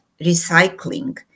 recycling